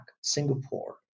Singapore